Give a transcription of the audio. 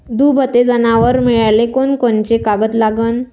दुभते जनावरं मिळाले कोनकोनचे कागद लागन?